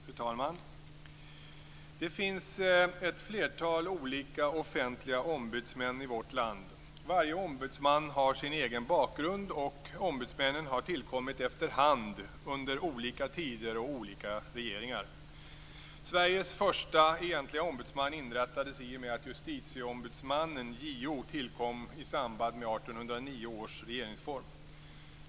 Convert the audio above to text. Fru talman! Det finns ett flertal olika offentliga ombudsmän i vårt land. Varje ombudsman har sin egen bakgrund, och ombudsmännen har tillkommit efterhand under olika tider och olika regeringar. Sveriges första egentliga ombudsman inrättades i och med att Justitieombudsmannen, JO, tillkom i samband med 1809 års regeringsform.